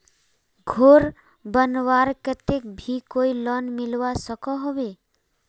घोर बनवार केते भी कोई लोन मिलवा सकोहो होबे?